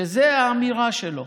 שזו האמירה שלו.